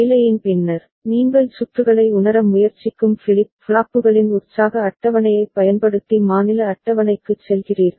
வேலையின் பின்னர் நீங்கள் சுற்றுகளை உணர முயற்சிக்கும் ஃபிளிப் ஃப்ளாப்புகளின் உற்சாக அட்டவணையைப் பயன்படுத்தி மாநில அட்டவணைக்குச் செல்கிறீர்கள்